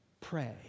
Pray